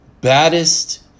baddest